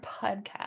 podcast